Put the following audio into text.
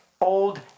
old